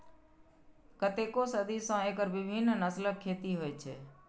कतेको सदी सं एकर विभिन्न नस्लक खेती होइ छै